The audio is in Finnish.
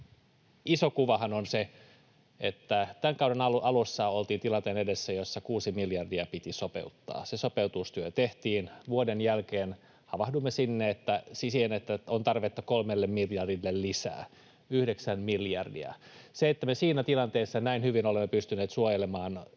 iso kuvahan on se, että tämän kauden alussa oltiin tilanteen edessä, jossa 6 miljardia piti sopeuttaa. Se sopeutustyö tehtiin. Vuoden jälkeen havahduimme siihen, että on tarvetta 3:lle miljardille lisää — 9 miljardia. Se, että me siinä tilanteessa näin hyvin olemme pystyneet suojelemaan